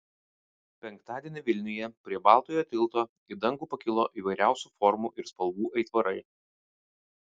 penktadienį vilniuje prie baltojo tilto į dangų pakilo įvairiausių formų ir spalvų aitvarai